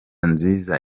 nziza